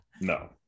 No